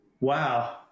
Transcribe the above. Wow